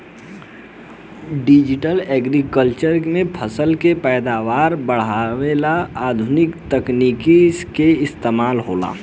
digital agriculture में फसल के पैदावार बढ़ावे ला आधुनिक तकनीक के इस्तमाल होला